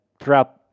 throughout